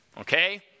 okay